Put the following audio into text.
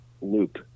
loop